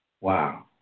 Wow